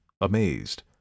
amazed